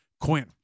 Quinn